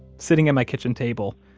sitting at my kitchen table,